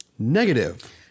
Negative